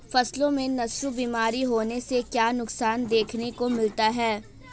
फसलों में नासूर बीमारी होने से क्या नुकसान देखने को मिलता है?